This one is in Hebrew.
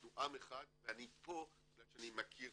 אנחנו עם אחד ואני פה בגלל שאני מכיר